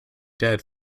dead